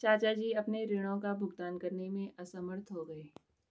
चाचा जी अपने ऋणों का भुगतान करने में असमर्थ हो गए